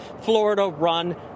Florida-run